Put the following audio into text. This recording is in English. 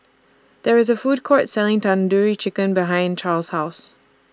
There IS A Food Court Selling Tandoori Chicken behind Charls' House